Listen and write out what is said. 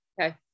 Okay